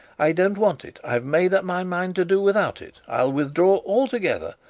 i don't want it. i've made up my mind to do without it. i'll withdraw altogether.